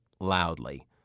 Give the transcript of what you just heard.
loudly